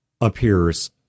appears